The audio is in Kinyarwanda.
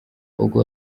ubwo